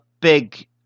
big